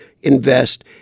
invest